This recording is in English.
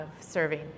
serving